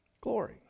glory